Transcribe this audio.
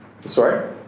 Sorry